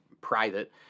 private